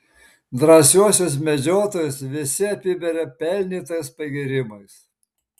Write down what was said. drąsiuosius medžiotojus visi apiberia pelnytais pagyrimais